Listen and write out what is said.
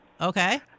okay